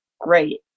great